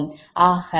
ஆக நான்L00